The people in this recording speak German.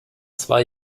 zwei